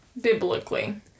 Biblically